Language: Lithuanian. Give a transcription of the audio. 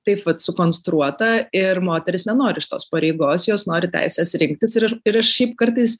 taip vat sukonstruota ir moteris nenori šitos pareigos jos nori teisės rinktis ir ir šiaip kartais